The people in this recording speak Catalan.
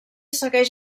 segueix